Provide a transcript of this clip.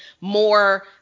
more